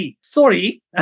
sorry